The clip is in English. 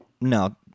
No